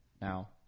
now